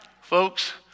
Folks